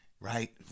right